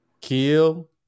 kill